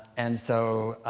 and so,